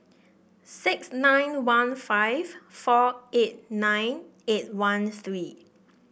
six nine one five four eight nine eight one three